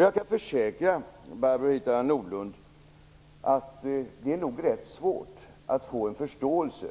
Jag kan försäkra Barbro Hietala Nordlund att det nog är rätt svårt att få förståelse